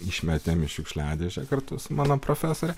išmetėm į šiukšliadėžę kartu su mano profesore